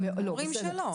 אבל אומרים שלא.